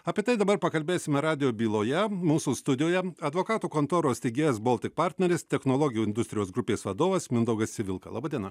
apie tai dabar pakalbėsime radijo byloje mūsų studijoje advokatų kontoros tgs baltic partneris technologijų industrijos grupės vadovas mindaugas civilka laba diena